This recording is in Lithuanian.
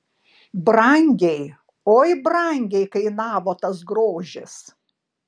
brangiai oi brangiai kainavo tas grožis